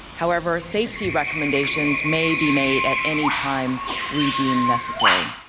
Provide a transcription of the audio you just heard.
however, safety recommendations may be made at any time we deem necessary.